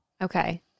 Okay